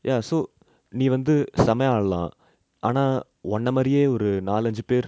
ya so நீ வந்து செமயா ஆடலா ஆனா ஒன்னமாரியே ஒரு நாலு அஞ்சு பேர்:nee vanthu semaya aadala aana onnamariye oru naalu anju per